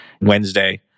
Wednesday